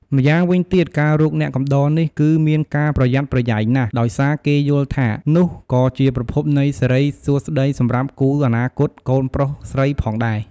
ម្យ៉ាងវិញទៀតការរកអ្នកកំដរនេះគឺមានការប្រយ័ត្នប្រយែងណាស់ ដោយសារគេយល់ថា នោះក៏ជាប្រភពនៃសិរីសួស្តីសម្រាប់គូអនាគតកូនប្រុសស្រីផងដែរ។